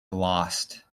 lost